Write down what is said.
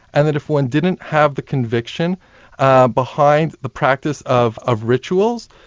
and that if one didn't have the conviction ah behind the practice of of rituals,